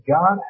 God